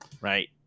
Right